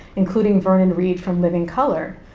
including vernon reid from living colour.